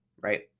right